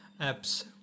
apps